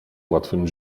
łatwym